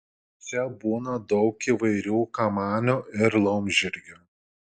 čia būna daug įvairių kamanių ir laumžirgių